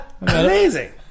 Amazing